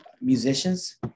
musicians